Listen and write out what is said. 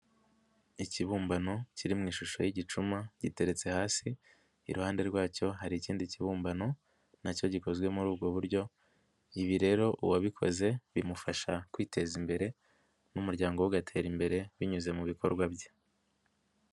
Ikibumbano kiri mu ishusho y'igicuma, giteretse hasi, iruhande rwacyo, hari ikindi kibumbano na cyo gikozwe muri ubwo buryo, ibi rero uwabikoze bimufasha kwiteza imbere n'umuryango we ugatera imbere binyuze mu bikorwa bye.